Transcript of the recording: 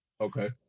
Okay